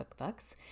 cookbooks